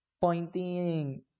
Pointing